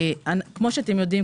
כפי שאתם יודעים,